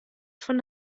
von